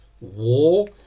war